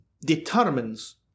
determines